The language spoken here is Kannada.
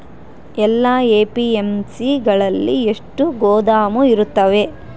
ಎಲ್ಲಾ ಎ.ಪಿ.ಎಮ್.ಸಿ ಗಳಲ್ಲಿ ಎಷ್ಟು ಗೋದಾಮು ಇರುತ್ತವೆ?